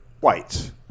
whites